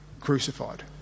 crucified